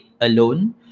alone